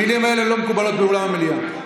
המילים האלה לא מקובלות באולם המליאה.